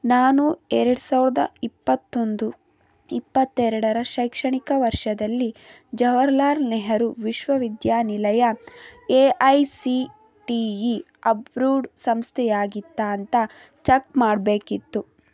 ನಾನು ಎರಡು ಸಾವಿರದ ಇಪ್ಪತ್ತೊಂದು ಇಪ್ಪತ್ತೆರಡರ ಶೈಕ್ಷಣಿಕ ವರ್ಷದಲ್ಲಿ ಜವಹರ್ಲಾಲ್ ನೆಹರು ವಿಶ್ವವಿದ್ಯಾನಿಲಯ A I C T E approved ಸಂಸ್ಥೆಯಾಗಿತ್ತಾ ಅಂತ ಚೆಕ್ ಮಾಡಬೇಕಿತ್ತು